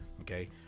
okay